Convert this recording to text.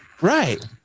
right